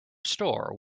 store